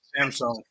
Samsung